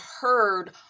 heard